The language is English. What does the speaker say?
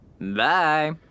Bye